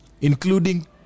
including